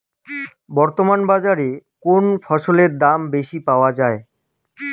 বর্তমান বাজারে কোন ফসলের দাম বেশি পাওয়া য়ায়?